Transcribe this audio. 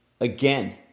again